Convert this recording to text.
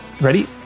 Ready